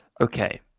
Okay